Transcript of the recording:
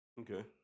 Okay